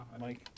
Mike